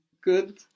Good